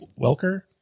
welker